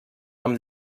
amb